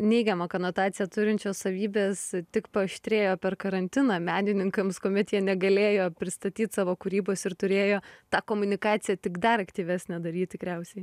neigiamą konotaciją turinčios savybės tik paaštrėjo per karantiną menininkams kuomet jie negalėjo pristatyt savo kūrybos ir turėjo tą komunikaciją tik dar aktyvesnę daryt tikriausiai